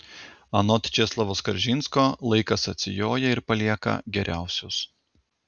anot česlovo skaržinsko laikas atsijoja ir palieka geriausius